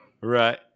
Right